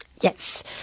yes